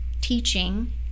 teaching